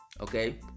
okay